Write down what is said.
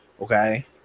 Okay